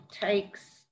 takes